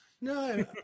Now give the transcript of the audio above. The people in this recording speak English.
No